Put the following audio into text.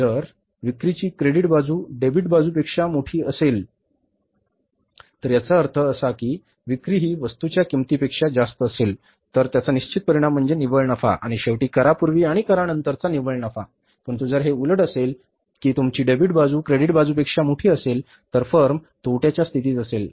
जर विक्रीची क्रेडिट बाजू डेबिट बाजूपेक्षा मोठी असेल तर याचा अर्थ असा की विक्री ही वस्तूंच्या किंमतीपेक्षा जास्त असेल तर याचा निश्चित परिणाम म्हणजे निव्वळ नफा आणि शेवटी करापूर्वी आणि करानंतर निव्वळ नफा परंतु जर हे उलट असेल की तुमची डेबिट बाजू क्रेडिट बाजूपेक्षा मोठी असेल तर फर्म तोट्याच्या स्थितीत असेल